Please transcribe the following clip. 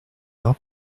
door